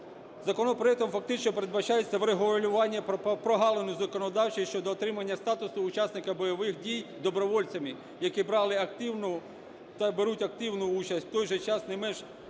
Законопроектом фактично передбачається врегулювання прогалини законодавчої щодо отримання статусу учасника бойових дій добровольцями, які брали активну та беруть активну участь, в той же час, не меншу роль